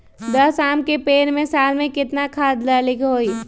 दस आम के पेड़ में साल में केतना खाद्य डाले के होई?